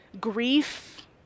grief